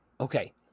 Okay